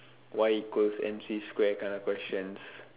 Y equals M C square kind of questions